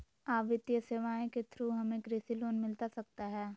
आ वित्तीय सेवाएं के थ्रू हमें कृषि लोन मिलता सकता है?